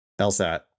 LSAT